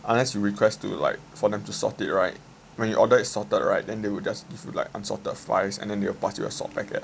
unless unless you request to like for them to salt it right when you order it salted right then they would just give you like unsalted fries and then they would pass you a salt packet